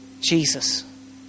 Jesus